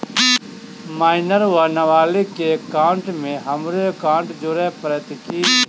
Minor वा नबालिग केँ एकाउंटमे हमरो एकाउन्ट जोड़य पड़त की?